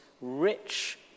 rich